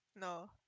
no